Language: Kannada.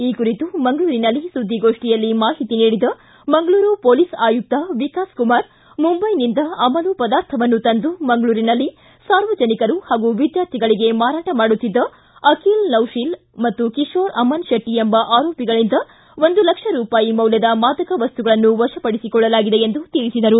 ಈ ಕುರಿತು ಮಂಗಳೂರಿನಲ್ಲಿ ಸುದ್ದಿಗೋಷ್ಠಿಯಲ್ಲಿ ಮಾಹಿತಿ ನೀಡಿದ ಮಂಗಳೂರು ಪೊಲೀಸ್ ಆಯುಕ್ತ ವಿಕಾಸ್ ಕುಮಾರ್ ಮುಂಬೈನಿಂದ ಅಮಲು ಪದಾರ್ಥವನ್ನು ತಂದು ಮಂಗಳೂರಿನಲ್ಲಿ ಸಾರ್ವಜನಿಕರು ಪಾಗೂ ವಿದ್ಕಾರ್ಥಿಗಳಿಗೆ ಮಾರಾಟ ಮಾಡುತ್ತಿದ್ದ ಅಕಿಲ್ ನೌಶಿಲ್ ಮತ್ತು ಕಿರೋರ್ ಅಮನ್ ಶೆಟ್ಟಿ ಎಂಬ ಆರೋಪಿಗಳಿಂದ ಒಂದು ಲಕ್ಷ ರೂಪಾಯಿ ಮೌಲ್ಯದ ಮಾದಕ ವಸ್ತುಗಳನ್ನು ವಶಪಡಿಸಿಕೊಳ್ಳಲಾಗಿದೆ ಎಂದು ತಿಳಿಸಿದರು